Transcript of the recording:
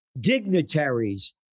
dignitaries